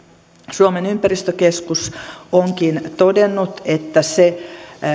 suomen ympäristökeskus onkin todennut että se